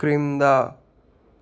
క్రింద